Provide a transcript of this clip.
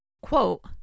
Quote